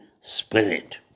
Spirit